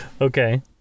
Okay